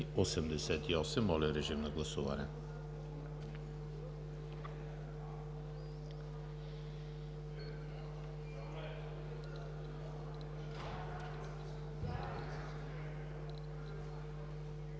Моля, режим на гласуване